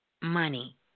money